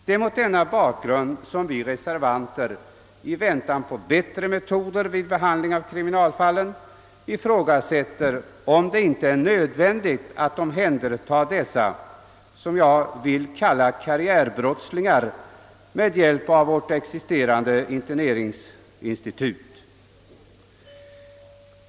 Det är mot den bakgrunden som vi reservanter i väntan på bättre behand Jlingsmetoder för sådana kriminalfall ifrågasätter om det inte är nödvändigt att omhänderta dessa karriärbrottslingar, som jag vill kalla dem, med hjälp av vårt existerande interneringsinstitut.